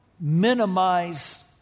minimize